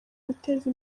guteza